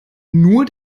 nur